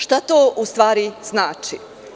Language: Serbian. Šta to u stvari znači?